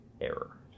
error